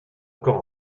encore